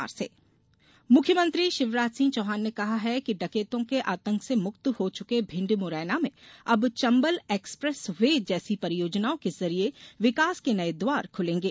मुख्यमंत्री मुख्यमंत्री शिवराज सिह चौहान ने कहा कि डकैतों के आतंक से मुक्त हो चुके भिण्ड मुरैना में अब चंबल एक्सप्रेस वे जैसी परियोजनाओं के जरिए विकास के नए द्वार खुलेंगे